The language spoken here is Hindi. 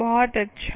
बहुत अच्छा